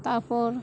ᱛᱟᱨᱯᱚᱨ